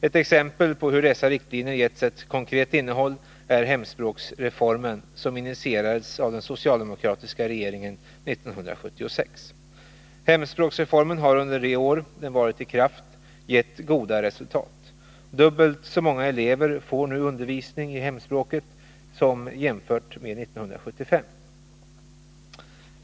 Ett exempel på hur dessa riktlinjer getts ett konkret innehåll är hemspråksreformen, som initierades av den socialdemokratiska regeringen 1976. Hemspråksreformen har under de år den varit i kraft gett goda resultat. Dubbelt så många elever får nu undervisning i hemspråket som år 1975.